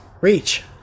Reach